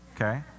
okay